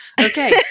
Okay